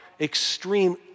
extreme